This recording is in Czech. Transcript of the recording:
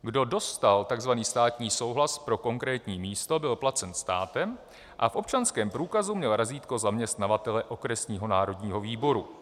Kdo dostal takzvaný státní souhlas pro konkrétní místo, byl placen státem a v občanském průkazu měl razítko zaměstnavatele, okresního národního výboru.